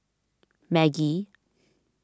Maggi